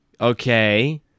Okay